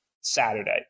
Saturday